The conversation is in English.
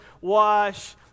wash